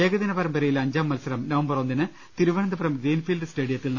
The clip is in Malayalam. ഏകദിന പരമ്പര യിലെ അഞ്ചാം മത്സരം നവംബർ ഒന്നിന് തിരുവനന്തപുരം ഗ്രീൻ ഫീൽഡ് സ്റ്റേഡി യത്തിൽ നടക്കും